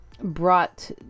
brought